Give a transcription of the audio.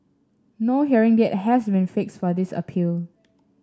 no hearing date has been fixed for this appeal